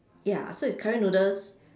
ya so it's curry noodles